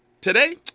Today